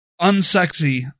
unsexy